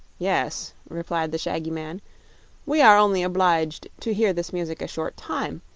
yes, replied the shaggy man we are only obliged to hear this music a short time,